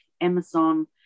Amazon